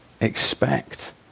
expect